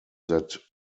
that